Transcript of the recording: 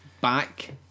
back